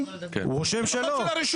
כי היה חשוב לי.